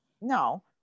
No